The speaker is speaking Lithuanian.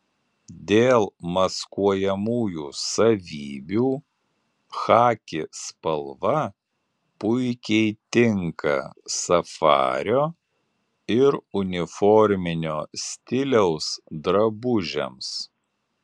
dėl maskuojamųjų savybių chaki spalva puikiai tinka safario ir uniforminio stiliaus drabužiams